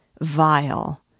vile